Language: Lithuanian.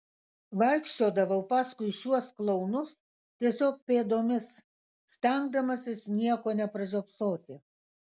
vaikščiodavau paskui šiuos klounus tiesiog pėdomis stengdamasis nieko nepražiopsoti